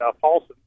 Paulson